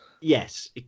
Yes